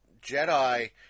Jedi